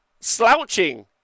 slouching